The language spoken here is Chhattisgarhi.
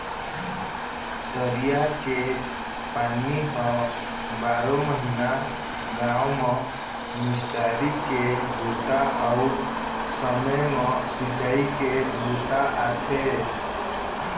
तरिया के पानी ह बारो महिना गाँव म निस्तारी के बूता अउ समे म सिंचई के बूता आथे